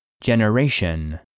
Generation